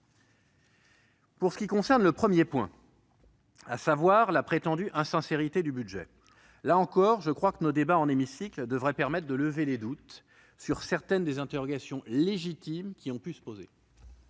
Pour ce qui concerne le premier point, à savoir la prétendue insincérité du budget, nos débats, là encore, devraient permettre de lever les doutes sur certaines des interrogations légitimes qui ont été formulées.